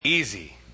Easy